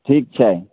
ठीक छै